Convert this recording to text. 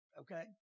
Okay